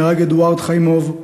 נהרג אדוארד חיימוב,